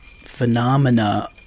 phenomena